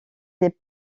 des